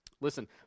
Listen